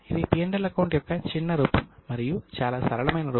ఇది P L account యొక్క చిన్న రూపం మరియు చాలా సరళమైన రూపం